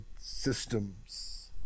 systems